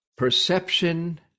Perception